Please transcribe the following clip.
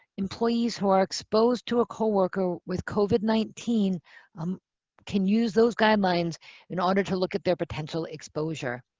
employees who are exposed to a coworker with covid nineteen um can use those guidelines in order to look at their potential exposure.